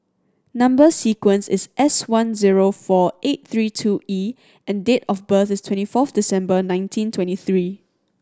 number sequence is S one zero four eight three two E and date of birth is twenty fourth December nineteen twenty three